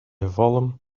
volume